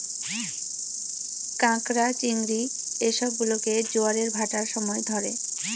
ক্যাঁকড়া, চিংড়ি এই সব গুলোকে জোয়ারের ভাঁটার সময় ধরে